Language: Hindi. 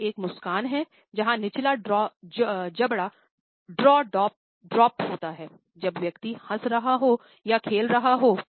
यह एक मुस्कान है जहां निचला जबड़ा ड्रॉपडाउन होता है जब व्यक्ति हंस रहा हो या खेल रहा हो